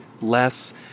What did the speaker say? less